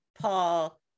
Paul